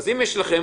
שוב,